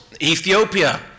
Ethiopia